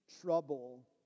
trouble